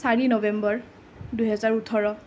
চাৰি নৱেম্বৰ দুহেজাৰ ওঠৰ